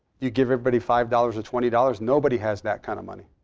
you give everybody five dollars or twenty dollars? nobody has that kind of money.